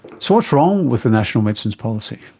so what's wrong with the national medicines policy?